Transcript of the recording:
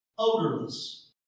Odorless